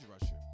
rusher